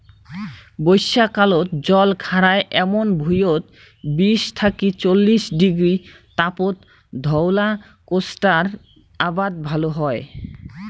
বইষ্যাকালত জল খাড়ায় এমুন ভুঁইয়ত বিশ থাকি চল্লিশ ডিগ্রী তাপত ধওলা কোষ্টার আবাদ ভাল হয়